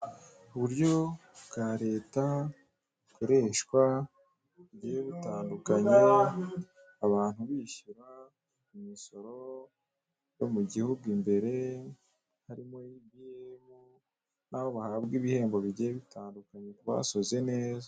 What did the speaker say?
Uburyo bwa leta bukoreshwa mu buryo bugiye butandukanye abantu bishyura imisoro yo mugihugu imbere harimo ibiyemu naho bahabwa ibihembo bigiye bitandukanye ku basoze neza.